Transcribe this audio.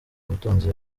ubutunzi